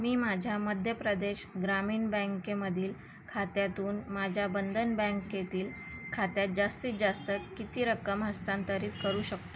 मी माझ्या मध्य प्रदेश ग्रामीण बँकेमधील खात्यातून माझ्या बंधन बँकेतील खात्यात जास्तीत जास्त किती रक्कम हस्तांतरित करू शकतो